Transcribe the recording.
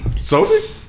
Sophie